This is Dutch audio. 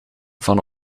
van